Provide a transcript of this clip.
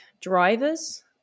drivers